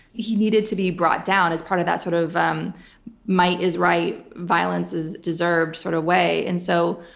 he needed to be brought down as part of that sort of um might is right, violence is deserved sort of way. and so,